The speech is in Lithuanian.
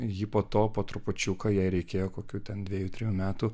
ji po to po trupučiuką jai reikėjo kokių ten dvejų trejų metų